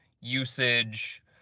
usage